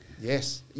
Yes